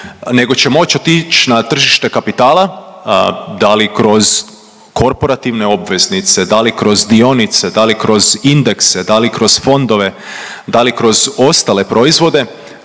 nego će moć otić na tržište kapitala, da li kroz korporativne obveznice, da li kroz dionice, da li kroz indekse, da li kroz fondove, da li kroz ostale proizvode,